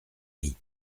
rient